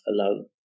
alone